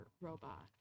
robot